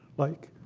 like,